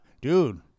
Dude